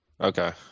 Okay